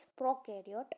prokaryote